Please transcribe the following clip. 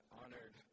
honored